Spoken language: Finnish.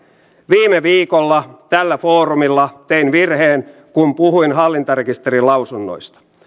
viime viikolla tällä foorumilla tein virheen kun puhuin hallintarekisterin lausunnoista